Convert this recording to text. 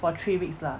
for three weeks lah